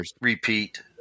Repeat